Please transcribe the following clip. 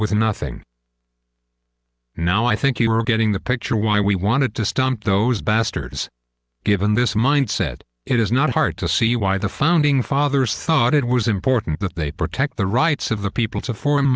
with nothing now i think you are getting the picture why we wanted to stump those bastards given this mindset it is not hard to see why the founding fathers thought it was important that they protect the rights of the people to for